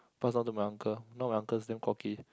passed on to my uncle now my uncle is damn cocky